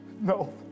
no